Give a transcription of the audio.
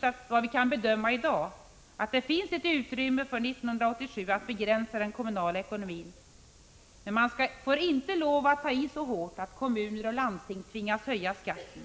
sida anser vi att det finns ett utrymme 1987 för att begränsa den kommunala ekonomin. Men man får inte ta i så hårt att kommuner och landsting tvingas höja skatten.